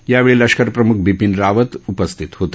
यावेळी लष्कर प्रमुख बिपीन रावत उपस्थित होते